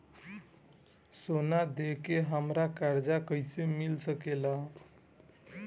सोना दे के हमरा कर्जा कईसे मिल सकेला?